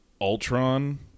Ultron